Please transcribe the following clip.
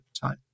time